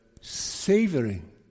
savoring